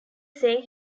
saying